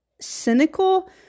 cynical